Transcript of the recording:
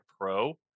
Pro